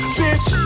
bitch